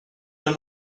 are